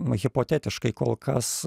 hipotetiškai kol kas